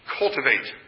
cultivate